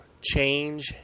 Change